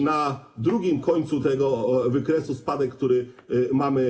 Na drugim końcu tego wykresu - spadek, który mamy dzisiaj.